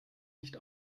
nicht